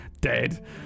dead